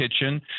Kitchen